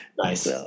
Nice